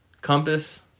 Compass